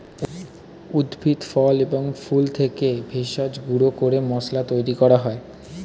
উদ্ভিদ, ফল এবং ফুল থেকে ভেষজ গুঁড়ো করে মশলা তৈরি করা হয়